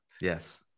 Yes